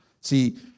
See